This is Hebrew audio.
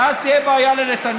כי אז תהיה בעיה לנתניהו.